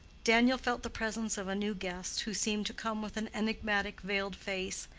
daniel felt the presence of a new guest who seemed to come with an enigmatic veiled face,